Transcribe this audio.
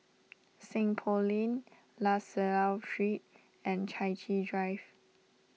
Seng Poh Lane La Salle Street and Chai Chee Drive